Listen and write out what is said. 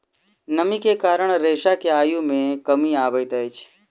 नमी के कारण रेशा के आयु मे कमी अबैत अछि